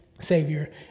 savior